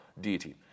deity